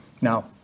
Now